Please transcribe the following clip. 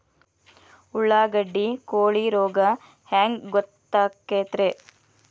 ಉಳ್ಳಾಗಡ್ಡಿ ಕೋಳಿ ರೋಗ ಹ್ಯಾಂಗ್ ಗೊತ್ತಕ್ಕೆತ್ರೇ?